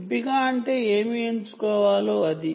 ఎంపిక అంటే ఏమి ఎంచుకోవాలో అది